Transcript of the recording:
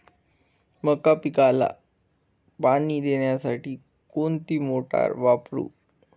मका पिकाला पाणी देण्यासाठी कोणती मोटार वापरू?